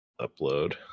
upload